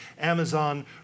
Amazon